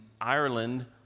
Ireland